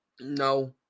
no